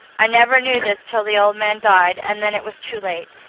i never knew this till the old man died, and then it was too late.